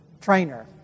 trainer